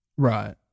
Right